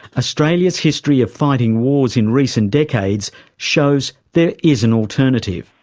australia's history of fighting wars in recent decades shows there is an alternative.